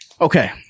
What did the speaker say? Okay